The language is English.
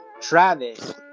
Travis